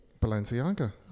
Balenciaga